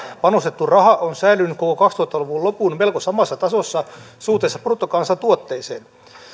panostettu raha on säilynyt koko koko kaksituhatta luvun lopun melko samassa tasossa suhteessa bruttokansantuotteeseen